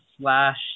slash